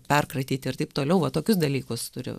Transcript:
perkratyti ir taip toliau va tokius dalykus turi